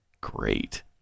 Great